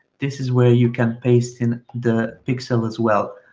this is where you can paste in the pixel as well.